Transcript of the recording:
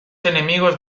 enemigos